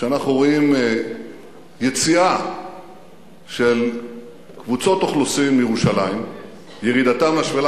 שאנחנו רואים יציאה של קבוצות אוכלוסין מירושלים וירידתן לשפלה,